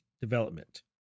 Development